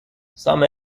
some